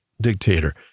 dictator